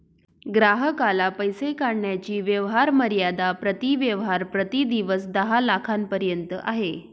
ग्राहकाला पैसे काढण्याची व्यवहार मर्यादा प्रति व्यवहार प्रति दिवस दहा लाखांपर्यंत आहे